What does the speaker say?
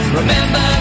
remember